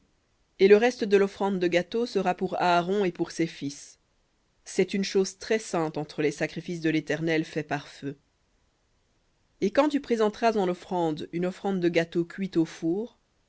et le reste de l'offrande de gâteau sera pour aaron et pour ses fils une chose très-sainte entre les sacrifices de l'éternel faits par feu v hébreu et quand tu présenteras en offrande une offrande de gâteau cuit au four